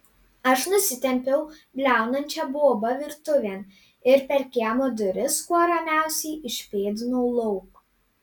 aš nusitempiau bliaunančią bobą virtuvėn ir per kiemo duris kuo ramiausiai išpėdinau lauk